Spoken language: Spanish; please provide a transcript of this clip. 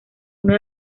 uno